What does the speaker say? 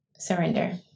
Surrender